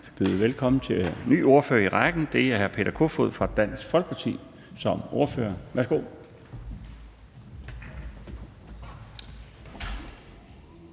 byder velkommen til en ny ordfører i rækken, og det er hr. Peter Kofod fra Dansk Folkeparti som ordfører. Værsgo.